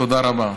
תודה רבה.